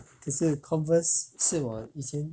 可是 converse 是我以前